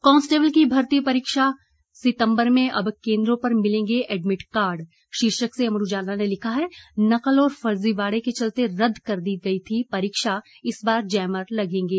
constable की भर्ती परीक्षा सितम्बर में अब केन्द्रों पर मिलेंगे एडमिट कार्ड शीर्षक से अमर उजाला ने लिखा है नकल और फर्जीवाड़े के चलते रद्द कर दी थी परीक्षा इस बार जैमर लगेंगे